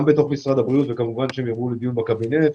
גם בתוך משרד הבריאות וכמובן שהם יובאו לדיון בקבינט,